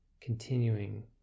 continuing